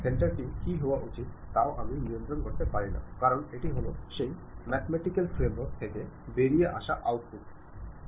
সেন্টারটি কী হওয়া উচিত তাও আমি নিয়ন্ত্রণ করতে পারি না কারণ এটি হল সেই ম্যাথেমেটিক্যাল ফ্রেমওয়ার্ক থেকে বেরিয়ে আসা আউটপুট গুলি